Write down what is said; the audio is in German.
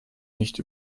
nicht